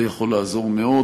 זה יכול לעזור מאוד,